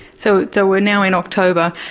so so we're now in october,